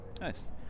Nice